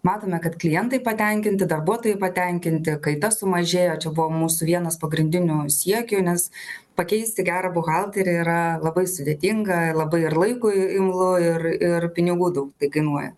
matome kad klientai patenkinti darbuotojai patenkinti kaita sumažėjo čia buvo mūsų vienas pagrindinių siekių nes pakeisti gerą buhalterį yra labai sudėtinga labai ir laikui imlu ir ir pinigų daug tai kainuoja